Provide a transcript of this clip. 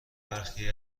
برخی